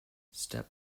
step